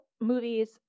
movies